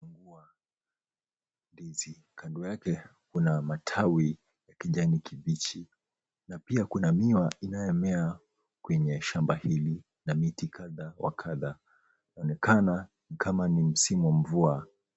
Binti kando yake kuna matawi ya kijani kibichi. Na pia kuna miwa inayo mea kwenye shamba hili na miti kadhaa wa kadhaa inaonekana kama ni msimu wa mvua.